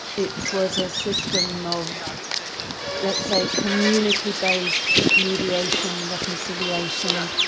it was a system of let's say community-based mediation, reconciliation,